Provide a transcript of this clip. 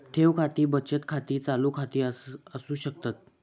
ठेव खाती बचत खाती, चालू खाती असू शकतत